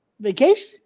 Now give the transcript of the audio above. Vacation